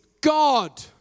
God